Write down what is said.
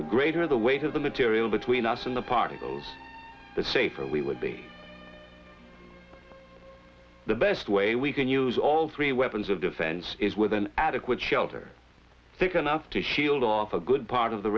the greater the weight of the material between us and the particles the safer we would be the best way we can use all three weapons of defense is with an adequate shelter thick enough to shield off a good part of the